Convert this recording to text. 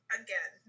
again